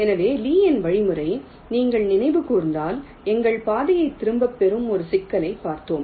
எனவே லீயின் வழிமுறை நீங்கள் நினைவு கூர்ந்தால் எங்கள் பாதையைத் திரும்பப் பெறும் ஒரு சிக்கலைப் பார்த்தோம்